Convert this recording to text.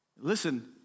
Listen